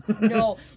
No